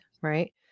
right